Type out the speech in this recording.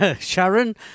Sharon